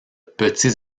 petits